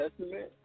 Testament